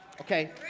Okay